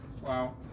Wow